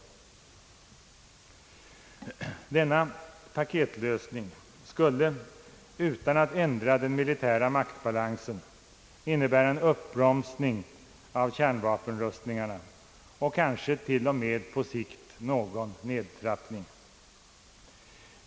Denna paketlösning skulle utan att ändra den militära maktbalansen innebära en uppbromsning av kärnvapenrustningarna, kanske t.o.m. på sikt någon nedtrappning.